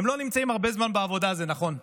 הם לא נמצאים הרבה זמן בעבודה, זה נכון,